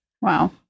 Wow